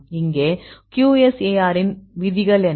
இங்கே QSAR இன் விதிகள் என்ன